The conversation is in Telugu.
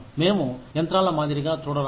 మేము యంత్రాల మాదిరిగా చూడరాదు